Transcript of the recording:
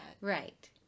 right